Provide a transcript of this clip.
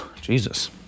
Jesus